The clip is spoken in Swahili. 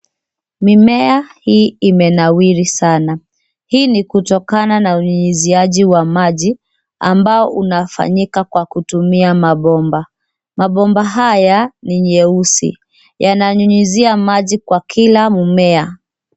Mimea hii imenawiri sana. Hii ni kutokana na unyunyuziaji wa maji ambao unafanyika kwa kutumia mabomba. Mabomba haya ni nyeusi yananyunyuzia maji kwa kila mmea.